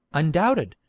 undoubted,